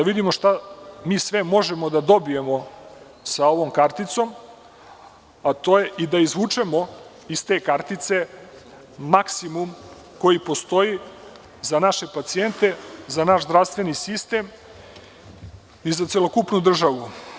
Da vidimo šta mi sve možemo da dobijemo sa ovom karticom i da izvučemo iz te kartice maksimum koji postoji za naše pacijente, za naš zdravstveni sistem i za celokupnu državu.